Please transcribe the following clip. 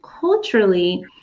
culturally